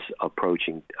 approaching